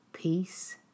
Peace